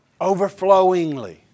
overflowingly